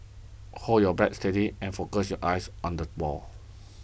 hold your bat steady and focus your eyes on the ball